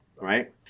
right